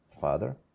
father